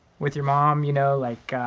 with your mom, you know, like, ah,